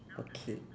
okay